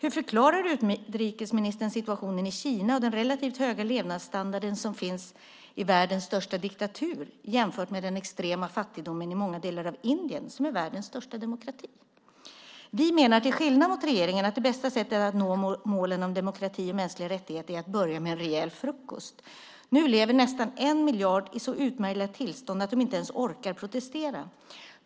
Hur förklarar utrikesministern situationen i Kina och den relativt höga levnadsstandard som finns i världens största diktatur jämfört med den extrema fattigdomen i många delar av Indien som är världens största demokrati? Vi menar, till skillnad från regeringen, att det bästa sättet att nå målen om demokrati och mänskliga rättigheter är att börja med en rejäl frukost. Nu lever nästan en miljard i så utmärglat tillstånd att de inte ens orkar protestera.